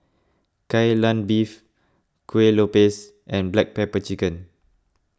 Kai Lan Beef Kuih Lopes and Black Pepper Chicken